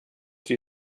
sie